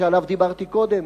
שעליו דיברתי קודם?